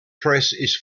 press